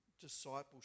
discipleship